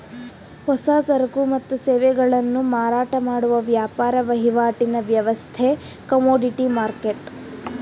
ಹೊಸ ಸರಕು ಮತ್ತು ಸೇವೆಗಳನ್ನು ಮಾರಾಟ ಮಾಡುವ ವ್ಯಾಪಾರ ವಹಿವಾಟಿನ ವ್ಯವಸ್ಥೆ ಕಮೋಡಿಟಿ ಮರ್ಕೆಟ್